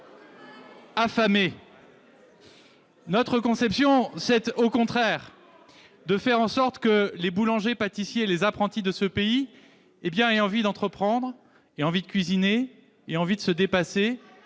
affamés. Notre conception, c'est au contraire de faire en sorte que les boulangers, pâtissiers et apprentis de ce pays aient envie d'entreprendre, de cuisiner, de se dépasser